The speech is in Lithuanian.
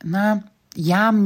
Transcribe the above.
na jam